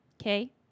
okay